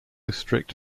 strict